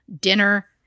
dinner